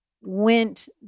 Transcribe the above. went